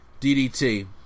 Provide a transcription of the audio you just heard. DDT